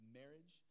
marriage